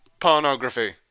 pornography